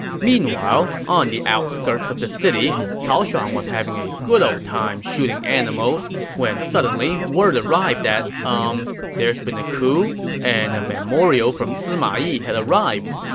meanwhile, on the outskirts of the city, cao shuang was having a good ol' time shooting animals when suddenly word arrived that, umm, there's been a coup and a memorial from sima yi had arrived.